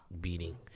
beating